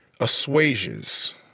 assuages